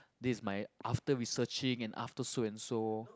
this is my after researching and after so and so